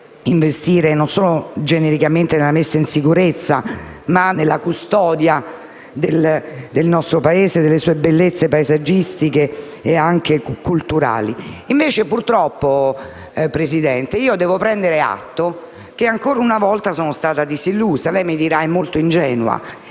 investire non solo genericamente nella messa in sicurezza, ma anche nella custodia delle sue bellezze paesaggistiche e culturali. Invece, purtroppo, signor Presidente, devo prendere atto che, ancora una volta, sono stata disillusa. Lei mi dirà che sono molto ingenua.